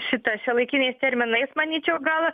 šitą šiuolaikiniais terminais manyčiau gal